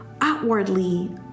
outwardly